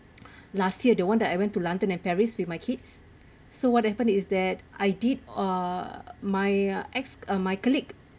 last year the one that I went to london and paris with my kids so what happened is that I did uh my ex uh my colleague